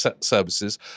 services